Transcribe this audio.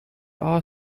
are